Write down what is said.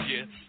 Yes